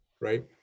right